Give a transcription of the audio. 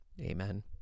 Amen